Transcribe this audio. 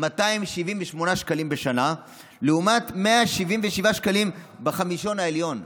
278 שקלים לשנה לעומת 178 שקלים בחמישון העליון.